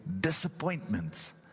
disappointments